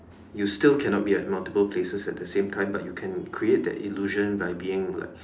you still cannot be at multiple places at the same time but you can create that illusion by being like